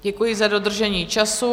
Děkuji za dodržení času.